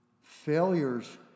failures